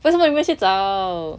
为什么没有去找